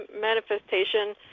manifestation